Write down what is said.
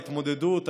ההתמודדות,